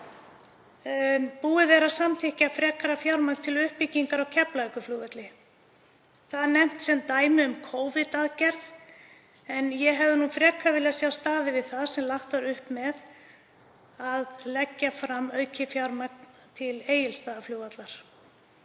Búið er að samþykkja frekara fjármagn til uppbyggingar á Keflavíkurflugvelli. Það er nefnt sem dæmi um Covid-aðgerð, en ég hefði frekar viljað sjá staðið við það sem lagt var upp með, að leggja fram aukið fjármagn til Egilsstaðaflugvallar